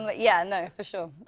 like yeah. no, for sure.